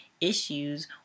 issues